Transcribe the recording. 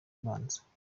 ubanza